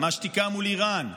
מהשתיקה מול איראן,